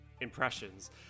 impressions